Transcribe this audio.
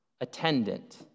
Attendant